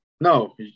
No